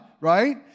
right